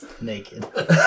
Naked